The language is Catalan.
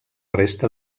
resta